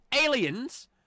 aliens